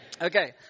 Okay